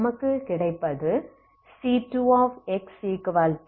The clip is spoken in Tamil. நமக்கு கிடைப்பது c2x12fx12cx0xgsds12c2x0 c1